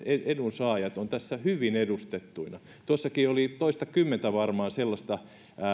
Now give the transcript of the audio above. edunsaajat ovat tässä hyvin edustettuina tuossakin oli varmaan toistakymmentä sellaista